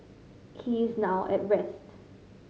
he is now at rest